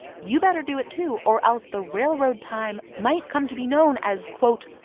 you better do it, too, or else the railroad time might come to be known as, quote,